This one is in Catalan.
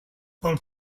pel